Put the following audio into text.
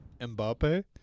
Mbappe